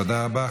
תודה רבה.